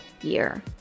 year